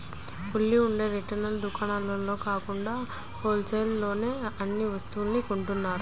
ఊళ్ళో ఉండే రిటైల్ దుకాణాల్లో కాకుండా హోల్ సేల్ లోనే అన్ని వస్తువుల్ని కొంటున్నారు